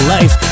Life